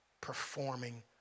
performing